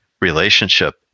relationship